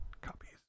copies